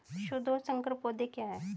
शुद्ध और संकर पौधे क्या हैं?